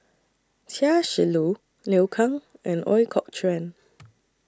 Chia Shi Lu Liu Kang and Ooi Kok Chuen